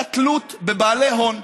התלות בבעלי הון.